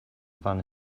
fan